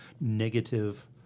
negative